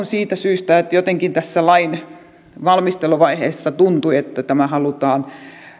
siitä syystä että jotenkin tässä lain valmisteluvaiheessa tuntui että tämä halutaan